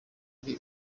ari